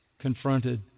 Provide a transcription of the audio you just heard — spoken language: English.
confronted